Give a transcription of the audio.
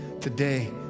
Today